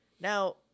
Now